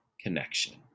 connection